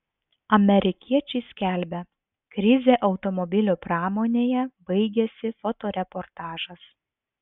amerikiečiai skelbia krizė automobilių pramonėje baigėsi fotoreportažas